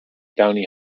downey